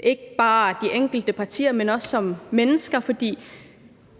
ikke bare de enkelte partier, men også de enkelte mennesker, for